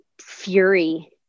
fury